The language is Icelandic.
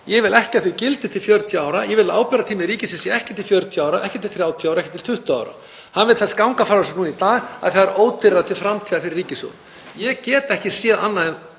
Ég vil ekki að þau gildi til 40 ára. Ég vil að ábyrgðartími ríkisins sé ekki til 40 ára, ekki til 30 ára, ekki til 20 ára. Hann vill helst ganga frá þessu strax í dag af því að það er ódýrara til framtíðar fyrir ríkissjóð. Ég get því ekki séð annað en